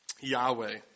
Yahweh